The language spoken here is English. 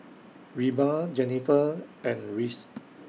Reba Jenifer and Rhys